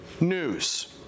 news